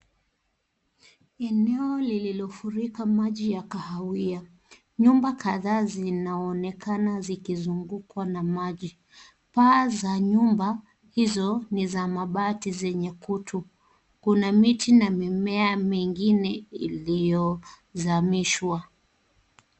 Eneo lililo furika maji ya kahawia nyumba kadhaa zinaonekana zikizungukwa na maji paa za nyumba hizo ni za mabati zenye kutu kuna miti na mimea mengine ilio zamishwa.